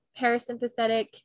parasympathetic